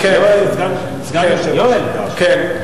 אתה סגן יושב-ראש חדש,